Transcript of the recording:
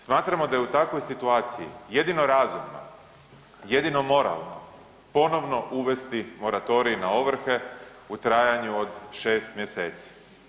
Smatramo da je u takvoj situaciji jedino razumno, jedino moralno ponovno uvesti moratorij na ovrhe u trajanju od 6 mjeseci.